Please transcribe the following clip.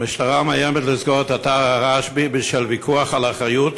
המשטרה מאיימת לסגור את אתר הרשב"י בשל ויכוח על האחריות